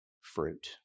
fruit